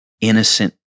innocent